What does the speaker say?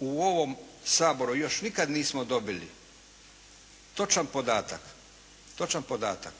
u ovom Saboru još nikad nismo dobili točan podatak koliko